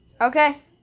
Okay